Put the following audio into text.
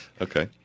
Okay